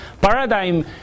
Paradigm